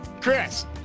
Chris